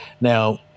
Now